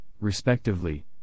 respectively